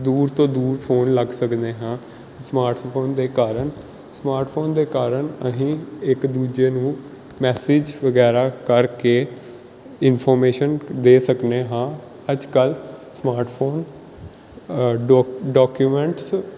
ਦੂਰ ਤੋਂ ਦੂਰ ਫੋਨ ਲੱਗਾ ਸਕਦੇ ਹਾਂ ਸਮਾਰਤਫੋਨ ਦੇ ਕਾਰਨ ਸਮਾਰਟਸਫੋਨ ਦੇ ਕਾਰਨ ਅਸੀਂ ਇੱਕ ਦੂਜੇ ਨੂੰ ਮੈਸਿਜ ਵਗੈਰਾ ਕਰ ਕੇ ਇਨਫੋਮੇਸ਼ਨ ਦੇ ਸਕਦੇ ਹਾਂ ਅੱਜ ਕੱਲ੍ਹ ਸਮਾਰਟਫੋਨ ਡੋ ਡੋਕਿਉਮੈਂਟਸ